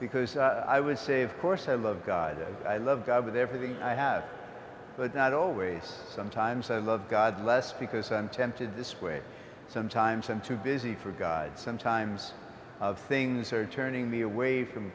because i would say of course i love god i love god with everything i have but not always sometimes i love god less because i'm tempted this way sometimes i'm too busy for god sometimes of things are turning me away from